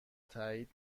تایید